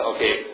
Okay